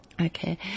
Okay